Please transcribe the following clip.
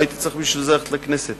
לא הייתי צריך ללכת בשביל זה לכנסת,